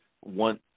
one